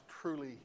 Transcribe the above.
truly